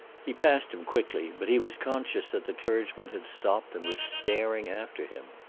he passed him quickly, but he was conscious that the clergyman had stopped and was staring after him.